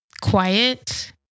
quiet